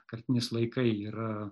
kartinis laikai yra